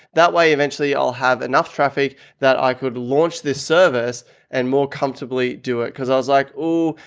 that way eventually i'll have enough traffic that i could launch this service and more comfortably do it because i was like, oh,